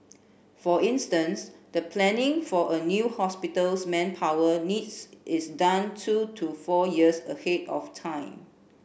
for instance the planning for a new hospital's manpower needs is done two to four years ahead of time